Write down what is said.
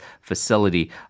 facility